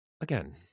again